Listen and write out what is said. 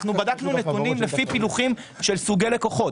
אנחנו בדקנו נתונים לפי פילוחים של סוגי לקוחות.